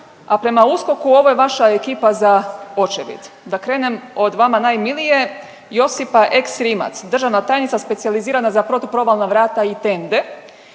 a prema USKOK-u ovo je vaša ekipa za očevid. Da krenem od vama najmilije Josipa ex Rimac, državna tajnica specijalizirana za protuprovalna vrata i tende.